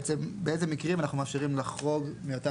היא באיזה מקרים אנחנו מאפשרים לחרוג מאותם